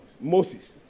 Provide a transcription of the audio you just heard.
Moses